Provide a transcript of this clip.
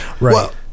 right